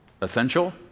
Essential